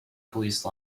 police